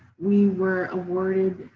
we were awarded